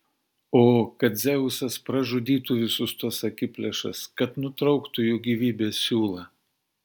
o kad dzeusas pražudytų visus tuos akiplėšas kad nutrauktų jų gyvybės siūlą